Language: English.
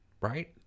right